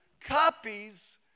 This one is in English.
copies